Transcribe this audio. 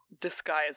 disguise